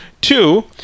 Two